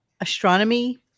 astronomy